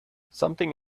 something